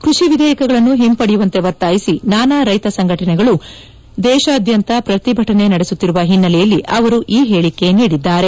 ಕೃಷಿ ವಿಧೇಯಕಗಳನ್ನು ಹಿಂಪಡೆಯುವಂತೆ ಒತ್ತಾಯಿಸಿ ನಾನಾ ರೈತ ಸಂಘಟನೆಗಳು ದೇಶಾದ್ಯಂತ ಪ್ರತಿಭಟನೆ ನಡೆಸುತ್ತಿರುವ ಹಿನ್ನೆ ಲೆಯಲ್ಲಿ ಅವರು ಈ ಹೇಳಿಕೆ ನೀಡಿದ್ದಾರೆ